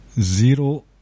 zero